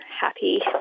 happy